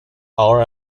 our